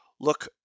look